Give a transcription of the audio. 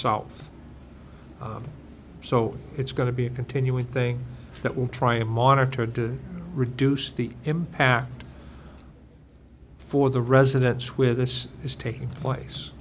south so it's going to be a continuing thing that will try and monitored to reduce the impact for the residents where this is taking place